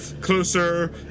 Closer